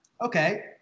okay